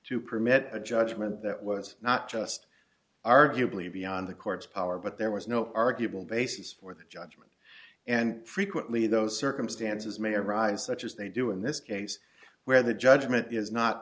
to permit a judgment that was not just arguably beyond the court's power but there was no arguable basis for the judgment and frequently those circumstances may arise such as they do in this case where the judgment is not